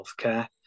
healthcare